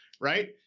Right